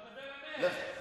אבל דבר אמת.